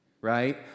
right